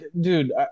dude